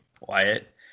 Wyatt